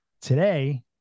Today